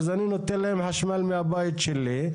אז אני נותן להם חשמל מהבית שלי.